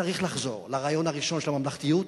צריך לחזור לרעיון הראשון של הממלכתיות: